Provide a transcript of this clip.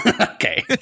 Okay